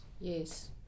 yes